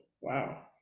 Wow